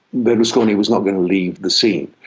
berlusconi was not going to leave the scene.